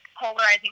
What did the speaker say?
polarizing